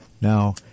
Now